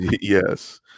Yes